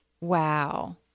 Wow